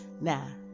Now